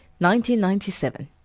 1997